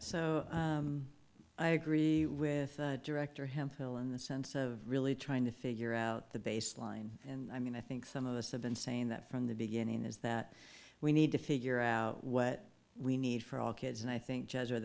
so i agree with director him fill in the sense of really trying to figure out the baseline and i mean i think some of us have been saying that from the beginning is that we need to figure out what we need for all kids and i think jazz or